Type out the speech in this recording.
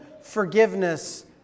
forgiveness